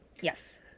Yes